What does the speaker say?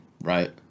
right